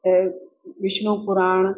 त विष्णु पुराण